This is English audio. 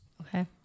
okay